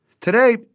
Today